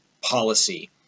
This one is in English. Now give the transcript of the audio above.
policy